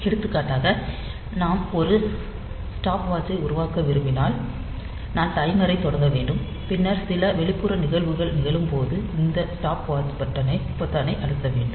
எடுத்துக்காட்டாக நாம் ஒரு ஸ்டாப்வாட்சை உருவாக்க விரும்பினால் நான் டைமரைத் தொடங்க வேண்டும் பின்னர் சில வெளிப்புற நிகழ்வுகள் நிகழும்போது இந்த ஸ்டாப்வாட்ச் பொத்தானை அழுத்த வேண்டும்